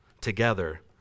together